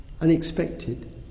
unexpected